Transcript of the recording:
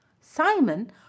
Simon